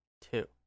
two